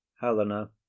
helena